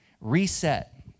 reset